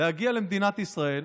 להגיע למדינת ישראל,